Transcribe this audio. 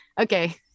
okay